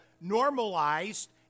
normalized